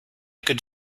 could